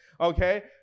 Okay